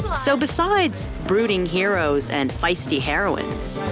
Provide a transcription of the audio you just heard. so besides brooding heroes and feisty heroines,